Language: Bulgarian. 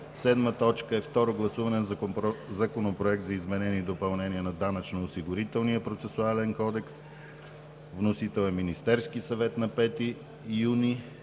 2017 г. 7. Второ гласуване на Законопроекта за изменение и допълнение на Данъчно-осигурителния процесуален кодекс. Вносител е Министерският съвет на 5 юни